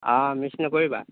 miss নকৰিবা